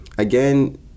Again